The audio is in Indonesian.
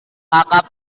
kakak